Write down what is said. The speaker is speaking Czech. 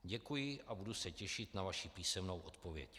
Děkuji a budu se těšit na vaši písemnou odpověď.